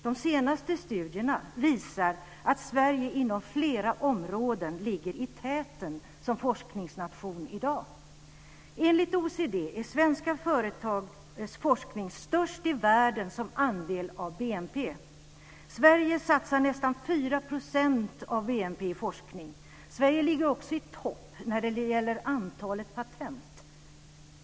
De senaste studierna visar att Sverige inom flera områden ligger i täten som forskningsnation i dag. Enligt OECD är svensk forskning störst i världen som andel av BNP. Sverige satsar nästan 4 % av BNP på forskning. Sverige ligger också i topp när det gäller antalet patent.